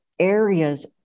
areas